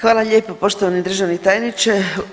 Hvala lijepo poštovani državni tajniče.